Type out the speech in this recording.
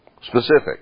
Specific